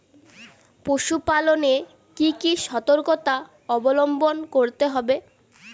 পশুপালন এ কি কি সর্তকতা অবলম্বন করতে হবে?